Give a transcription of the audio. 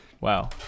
wow